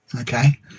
Okay